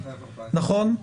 נכון?